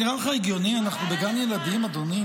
נו, זה נראה לך הגיוני, אנחנו בגן ילדים, אדוני?